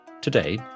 Today